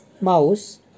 mouse